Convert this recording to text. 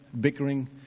bickering